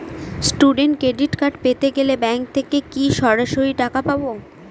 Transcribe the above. Student credit card পেতে গেলে bank থেকে কি সরাসরি টাকা পাবো?